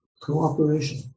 cooperation